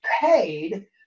paid